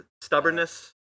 Stubbornness